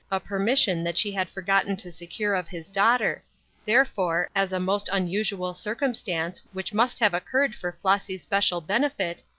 a permission that she had forgotten to secure of his daughter therefore, as a most unusual circumstance which must have occurred for flossy's special benefit,